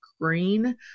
green